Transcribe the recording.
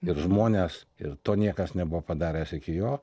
ir žmonės ir to niekas nebuvo padaręs iki jo